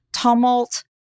tumult